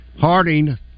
Harding